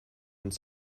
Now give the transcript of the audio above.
und